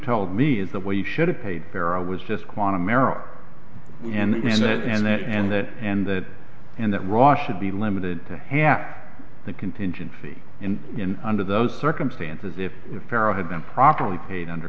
told me is that what you should have paid carol was just quantum arrow and that and that and that and that and that ra should be limited to half the contingency in under those circumstances if the pharaoh had been properly paid under